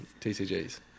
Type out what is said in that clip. tcgs